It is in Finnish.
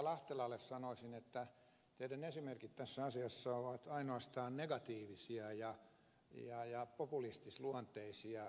lahtelalle sanoisin että teidän esimerkkinne tässä asiassa ovat ainoastaan negatiivisia ja populistisluonteisia